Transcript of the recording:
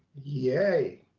yay.